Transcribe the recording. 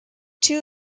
two